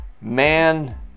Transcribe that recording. man